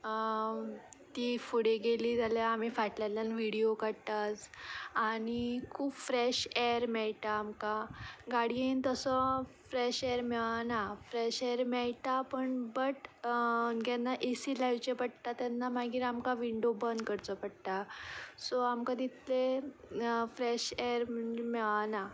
तीं फुडें गेलीं जाल्यार आमी फाटल्यांतल्यान विडिओ काडटात आनी खूब फ्रेश एअर मेयटा आमकां गाडयेन तसो फ्रेश एअर मेळना फ्रेश एअर मेळटा पूण बट केन्ना ए सी लावची पडटा तेन्ना मागीर आमकां विंडो बंद करचो पडटा सो आमकां तितले फ्रेश एअर मेळना